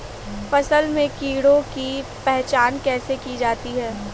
फसल में कीड़ों की पहचान कैसे की जाती है?